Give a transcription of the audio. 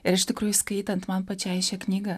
ir iš tikrųjų skaitant man pačiai šią knygą